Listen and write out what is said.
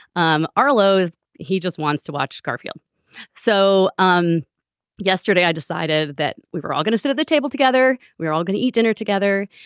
um arlo he just wants to watch garfield so um yesterday i decided that we were all gonna sit at the table together. we're all going to eat dinner together.